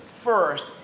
first